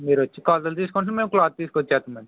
మీరు వచ్చి కొలతలు తీసుకుంటే మేము క్లాత్ తీసుకొచ్చేస్తామండి